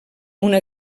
una